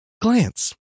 Glance